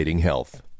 health